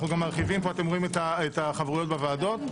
אתם רואים את החברויות בוועדות.